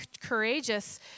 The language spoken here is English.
courageous